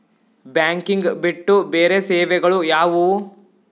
Banking ಬಿಟ್ಟು ಬೇರೆ ಸೇವೆಗಳು ಯಾವುವು?